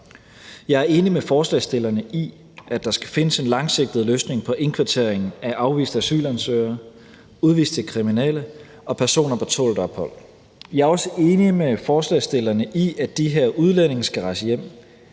Jeg er enig med forslagsstillerne i, at der skal findes en langsigtet løsning på indkvarteringen af afviste asylansøgere, udviste kriminelle og personer på tålt ophold. Jeg er også enig med forslagsstillerne i, at de her udlændinge skal rejse hjem.